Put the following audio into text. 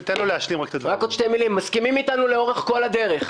רק עוד שתי מילים: מסכימים איתנו לאורך כל הדרך,